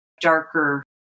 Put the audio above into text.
darker